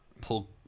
Pull